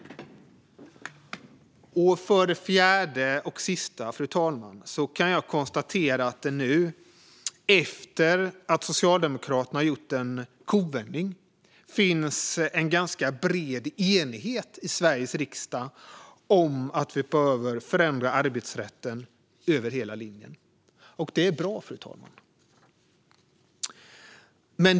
För det fjärde och sista, fru talman, kan jag konstatera att det nu, efter att Socialdemokraterna gjort en kovändning, finns en ganska bred enighet i Sveriges riksdag om att vi behöver förändra arbetsrätten över hela linjen. Det är bra.